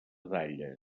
dalla